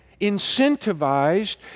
incentivized